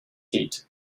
heat